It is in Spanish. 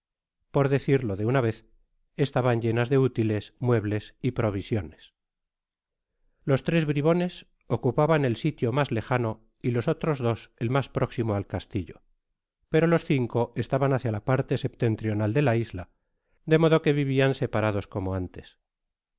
por decirlo de una vez estaban llenas de útiles muebles'y provisiones c i los tres bribones ocnpaban el sitio mas lejano y los otros dos el mas próximo al castillo pero los cinco es taban hácia fe parte septentrional de la isla de modo que rivian separados como antes